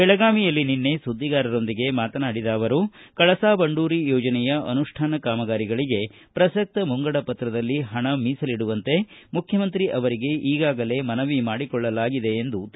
ಬೆಳಗಾವಿಯಲ್ಲಿ ಸುದ್ದಿಗಾರರೊಂದಿಗೆ ಮಾತನಾಡಿದ ಅವರು ಕಳಸಾ ಬಂಡೂರಿ ಯೋಜನೆಯ ಅನುಷ್ಠಾನ ಕಾಮಗಾರಿಗಳಿಗೆ ಪ್ರಸಕ್ತ ಮುಂಗಡಪತ್ರದಲ್ಲಿ ಹಣ ಮೀಸಲಿಡುವಂತೆ ಮುಖ್ಯಮಂತ್ರಿ ಅವರಿಗೆ ಈಗಾಗಲೇ ಮನವಿ ಮಾಡಿಕೊಳ್ಳಲಾಗಿದೆ ಎಂದರು